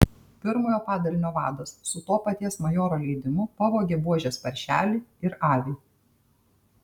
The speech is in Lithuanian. pirmojo padalinio vadas su to paties majoro leidimu pavogė buožės paršelį ir avį